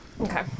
Okay